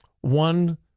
One